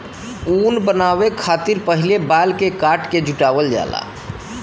ऊन बनावे खतिर पहिले बाल के काट के जुटावल जाला